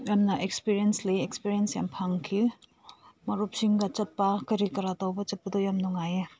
ꯌꯥꯝꯅ ꯑꯦꯛꯁꯄꯔꯤꯌꯦꯟꯁ ꯂꯩ ꯑꯦꯛꯁꯄꯔꯤꯌꯦꯟꯁ ꯌꯥꯝ ꯐꯪꯈꯤ ꯃꯔꯨꯞꯁꯤꯡꯒ ꯆꯠꯄ ꯀꯔꯤ ꯀꯔꯥ ꯇꯧꯕ ꯆꯠꯄꯗꯣ ꯌꯥꯝ ꯅꯨꯡꯉꯥꯏꯌꯦ